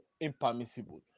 impermissible